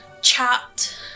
chat